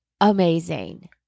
amazing